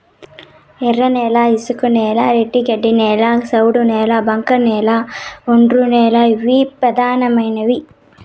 ఎర్రనేల, ఇసుకనేల, ర్యాగిడి నేల, సౌడు నేల, బంకకనేల, ఒండ్రునేల అనేవి పెదానమైనవి